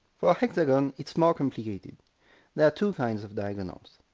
for a hexagon it's more complicated there are two kinds of diagonals.